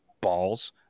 balls